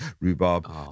rhubarb